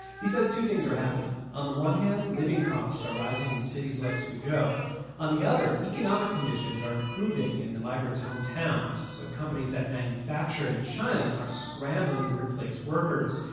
he says two things are happening on the one hand, living costs are rising in cities like suzhou. on the other, economic conditions are improving in the migrants' hometowns. so companies that manufacture in china are scrambling to replace workers.